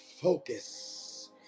focus